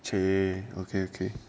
okay okay okay